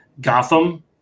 Gotham